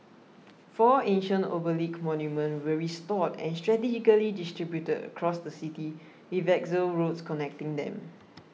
four ancient obelisk monuments were restored and strategically distributed across the city with axial roads connecting them